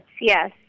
Yes